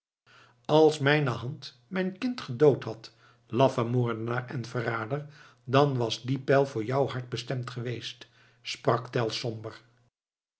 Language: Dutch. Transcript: als mijne hand mijn kind gedood had laffe moordenaar en verrader dan was die pijl voor jouw hart bestemd geweest sprak tell somber